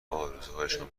آرزوهایشان